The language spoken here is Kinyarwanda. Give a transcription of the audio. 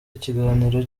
ikiganiro